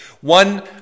One